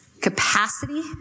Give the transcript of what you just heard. capacity